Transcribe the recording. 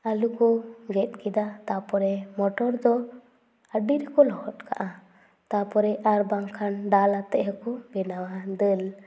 ᱟᱹᱞᱩ ᱠᱚ ᱜᱮᱫ ᱠᱮᱫᱟ ᱛᱟᱨᱯᱚᱨᱮ ᱢᱚᱴᱚᱨ ᱫᱚ ᱟᱹᱰᱤ ᱨᱮᱠᱚ ᱞᱚᱦᱚᱫ ᱠᱟᱜᱼᱟ ᱛᱟᱨᱯᱚᱨᱮ ᱟᱨ ᱵᱟᱝᱠᱷᱟᱱ ᱰᱟᱞ ᱟᱛᱮ ᱦᱚᱠᱚ ᱵᱮᱱᱟᱣᱟ ᱫᱟᱹᱞ